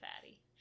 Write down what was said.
fatty